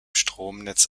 stromnetz